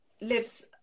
lives